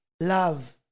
Love